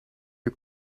you